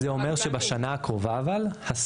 זה אומר שבשנה הקרובה אבל,